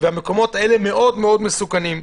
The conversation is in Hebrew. והם מאוד מסוכנים.